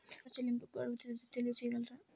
ఋణ చెల్లింపుకు గడువు తేదీ తెలియచేయగలరా?